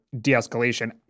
de-escalation